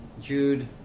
jude